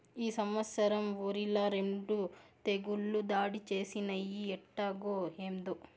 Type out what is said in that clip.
ఈ సంవత్సరం ఒరిల రెండు తెగుళ్ళు దాడి చేసినయ్యి ఎట్టాగో, ఏందో